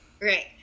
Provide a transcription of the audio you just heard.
Right